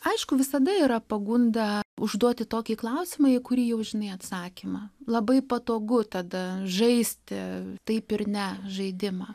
aišku visada yra pagunda užduoti tokį klausimą į kurį jau žinai atsakymą labai patogu tada žaisti taip ir ne žaidimą